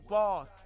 Balls